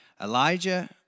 Elijah